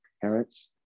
parents